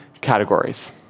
categories